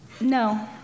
No